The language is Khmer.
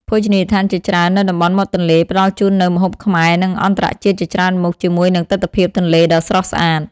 ភោជនីយដ្ឋានជាច្រើននៅតំបន់មាត់ទន្លេ ផ្តល់ជូននូវម្ហូបខ្មែរ និងអន្តរជាតិជាច្រើនមុខ ជាមួយនឹងទិដ្ឋភាពទន្លេដ៏ស្រស់ស្អាត។